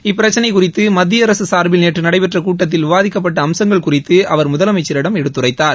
இப்பிரச்சினை குறித்து மத்திய அரசு சார்பில் நேற்று நடைபெற்ற கூட்டத்தில் விவாதிக்கப்பட்ட அம்சங்கள் குறித்து அவர் முதலமைச்சரிடம் எடுத்துரைத்தார்